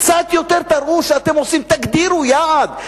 קצת יותר תראו שאתם עושים, תגדירו יעד.